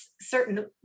certain